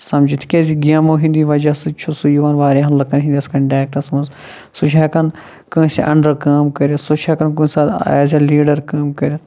سَمجِتھ تِکیازِ یہِ گیمو ہِنٛدی وَجہ سۭتۍ چھُ سُہ یِوان واریاہن لُکن ہِنٛدس کَنٹیکٹس منٛز سُہ چھُ ہیٚکان کٲنٛسہِ اَنڈر کٲم کٔرتھ سُہ چھُ ہیٚکان کُنہِ ساتہٕ ایز اےٚ لیڑر کٲم کٔرتھ